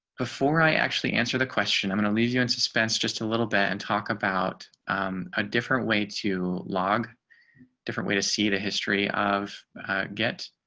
before i actually answer the question i'm going to leave you in suspense, just a little bit and talk about a different way to log different way to see the history of get